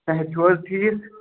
صحت چھُو حظ ٹھیٖک